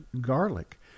garlic